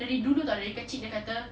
dari dulu [tau] dari kecil dia kata